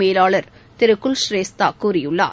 மேலாளர் திரு குல்ஷ்ரேஸ்தா கூறியுள்ளார்